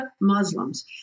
Muslims